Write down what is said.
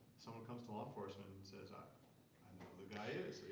someone comes to law enforcement and says i i know who the guy is.